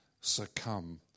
succumb